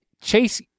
Chase